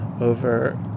over